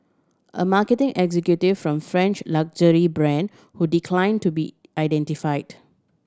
a marketing executive from a French luxury brand who decline to be identified